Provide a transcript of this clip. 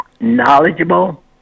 knowledgeable